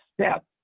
step